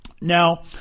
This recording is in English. Now